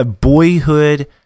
boyhood